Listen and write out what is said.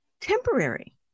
temporary